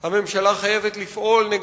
הממשלה חייבת לפעול להגנת מקומות העבודה.